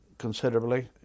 considerably